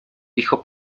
hijo